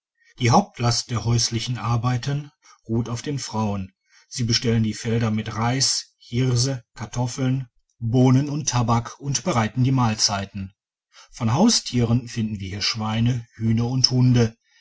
die hauptlast der häuslichen arbeiten ruht auf den frauen sie bestellen die felder mit reis hirse kartoffeln digitized by google bohnen und tabak und bereiten die mahlzeiten von haustieren finden wir hier schweine hühner und hunde